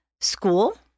school